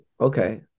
Okay